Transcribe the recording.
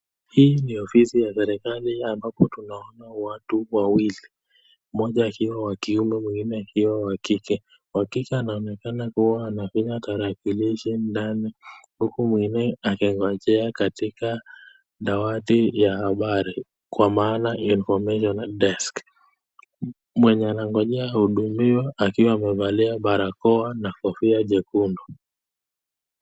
Hii ni ofisi ya serikali ambapo tunaona watu wawili, mmoja akiwa wa kiume mwingine akiwa wa kike, wa kike anaonekana kuwa anafinya tarakilishi ndani huku mwingine akingojea katika dawati ya habari kwa maana information desk , mwenye anangojea ahudumiwe akiwa amevalia barakoa na kofia jekundu.